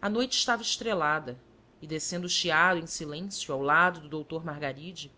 a noite estava estrelada e descendo o chiado em silêncio ao lado do doutor margaride